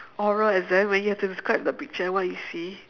oral exam when you have to describe the picture and what you see